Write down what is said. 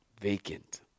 vacant